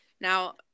now